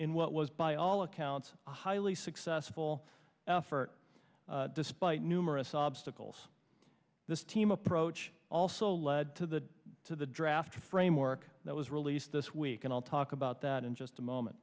in what was by all accounts a highly successful effort despite numerous obstacles this team approach also led to the to the draft framework that was released this week and i'll talk about that in just a moment